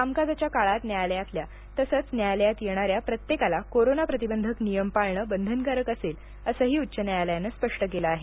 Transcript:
कामकाजाच्या काळात न्यायालयातल्या तसंच न्यायालयात येणाऱ्या प्रत्येकाला कोरोना प्रतिबंधक नियम पाळणं बंधनकारक असेल असंही उच्च न्यायालयानं स्पष्ट केलं आहे